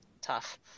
tough